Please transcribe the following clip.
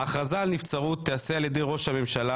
ההכרזה על נבצרות תיעשה על ידי ראש הממשלה